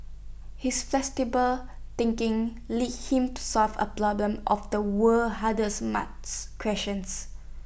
his flexible thinking lead him to solve A problem of the world's hardest math questions